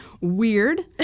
weird